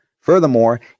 Furthermore